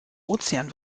ozean